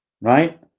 Right